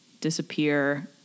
disappear